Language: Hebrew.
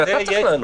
אתה צריך לענות.